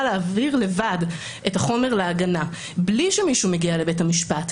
להעביר לבד את החומר להגנה בלי שמישהו מגיע לבית המשפט.